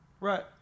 right